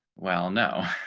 well, no.